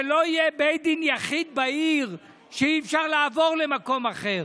זה לא יהיה בית דין יחיד בעיר שאי-אפשר לעבור למקום אחר.